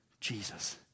Jesus